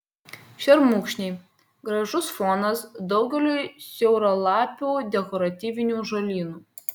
šermukšniai gražus fonas daugeliui siauralapių dekoratyvinių žolynų